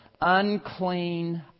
unclean